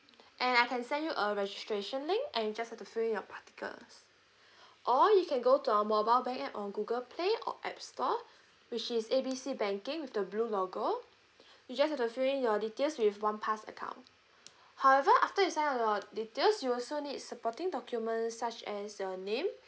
and I can send you a registration link and you just have to fill in your particulars or you can go to our mobile bank app on Google play or app store which is A B C banking with the blue logo you just have to fill in your details with one pass account however after you sign up your details you also need supporting documents such as your name